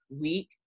week